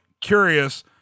curious